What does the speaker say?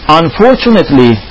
unfortunately